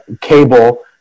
cable